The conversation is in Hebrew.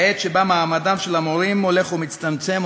בעת שבה מעמדם של המורים הולך ומצטמצם,